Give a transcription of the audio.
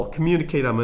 Communicate